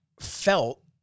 felt